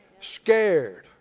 Scared